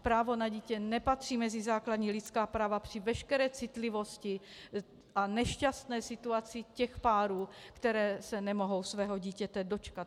Právo na dítě nepatří mezi základní lidská práva, při veškeré citlivosti a nešťastné situaci těch párů, které se nemohou svého dítěte dočkat.